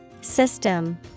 System